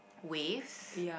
waves